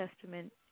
Testament